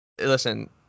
listen